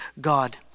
God